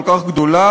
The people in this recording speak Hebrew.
כל כך גדולה,